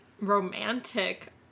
romantic